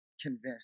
convinced